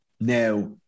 now